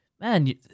man